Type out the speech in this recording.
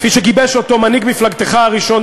כפי שגיבש אותו מנהיג מפלגתך הראשון,